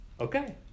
Okay